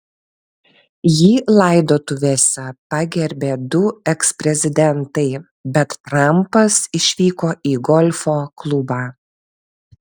jį laidotuvėse pagerbė du eksprezidentai bet trampas išvyko į golfo klubą